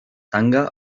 tanga